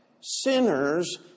sinners